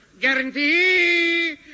Guarantee